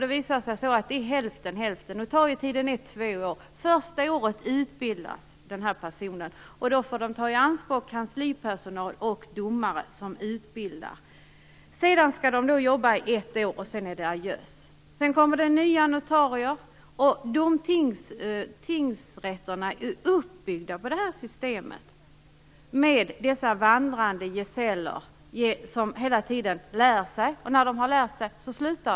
Det visar sig att det är hälften av vardera. Notarietiden uppgår till två år. Under det första året utbildas vederbörande, och man får ta i anspråk kanslipersonal och domare för utbildningen. Sedan skall notarierna arbeta i ett år, och därefter får de säga adjö. Därefter kommer nya notarier in. Tingsrätterna är uppbyggda på systemet med dessa vandrande gesäller, som hela tiden går och lär sig, och när de har gjort det får de sluta.